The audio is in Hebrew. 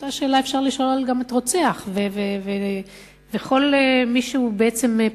אותה שאלה אפשר לשאול גם על רוצח ועל כל מי שהוא פושע,